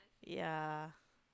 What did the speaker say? ya